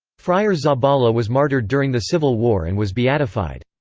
friar zabala was martyred during the civil war and was beatified.